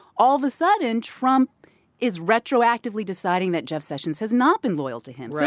all of a sudden, trump is retroactively deciding that jeff sessions has not been loyal to him. so